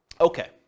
Okay